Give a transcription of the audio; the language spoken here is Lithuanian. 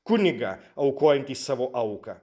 kunigą aukojantį savo auką